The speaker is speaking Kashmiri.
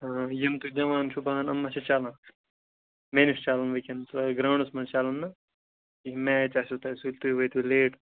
یِم تُہۍ دِوان چھِو بہانہٕ یِم ما چھِ چَلان مےٚ نِش چَلَن نہٕ وُنکیٚن گراوُنٛڈَس مَنٛز چَلَن نہٕ کیٚنٛہہ میچ آسوٕ تۄہہِ سُلہِ تُہۍ وٲتِو لیٹ